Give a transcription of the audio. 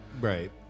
Right